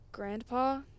Grandpa